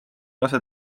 lase